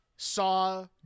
saw